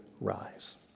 rise